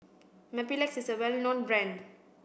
Mepilex is a well known brand